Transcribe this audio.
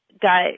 got